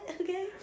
okay